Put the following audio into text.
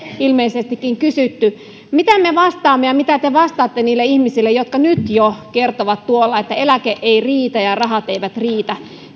ilmeisestikin kysytty mitä me vastaamme ja mitä te vastaatte niille ihmisille jotka jo nyt kertovat tuolla että eläke ei riitä ja rahat eivät riitä